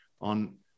on